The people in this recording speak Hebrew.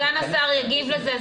סגן השר יגיב לזה.